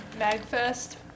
Magfest